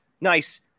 nice